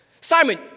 Simon